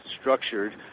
structured